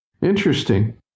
Interesting